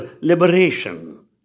liberation